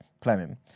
planning